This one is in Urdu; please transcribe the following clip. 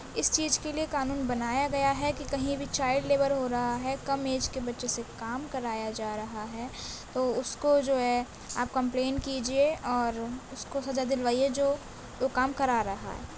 اس چیز کے لیے قانون بنایا گیا ہے کہ کہیں بھی چائلڈ لیبر ہو رہا ہے کم ایج کے بچوں سے کام کرایا جا رہا ہے تو اس کو جو ہے آپ کمپلین کیجیے اور اس کو سزا دلوائیے جو وہ کام کرا رہا ہے